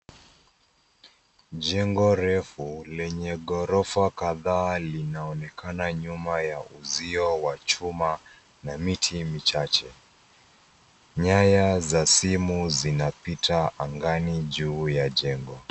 Jengo refu lenye ghorofa kadhaa linaonekana nyuma ya uzio wa chuma na miti michache. Nyaya za simu zinapita angani juu ya jengo.